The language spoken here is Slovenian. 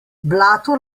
blato